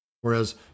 whereas